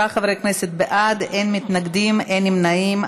23 חברי כנסת בעד, אין מתנגדים, אין נמנעים.